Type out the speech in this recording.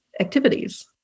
activities